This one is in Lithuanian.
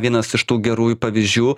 vienas iš tų gerųjų pavyzdžių